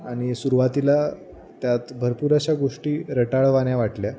आणि सुरवातीला त्यात भरपूर अशा गोष्टी रटाळवाण्या वाटल्या